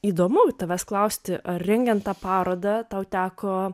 įdomu tavęs klausti ar rengiant tą parodą tau teko